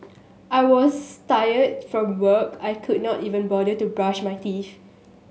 I was tired from work I could not even bother to brush my teeth